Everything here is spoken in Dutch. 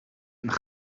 een